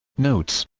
notes